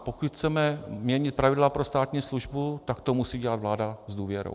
Pokud chceme měnit pravidla pro státní službu, tak to musí dělat vláda s důvěrou.